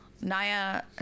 naya